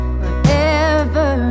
wherever